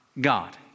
God